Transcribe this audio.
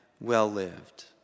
well-lived